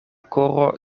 koro